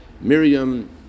Miriam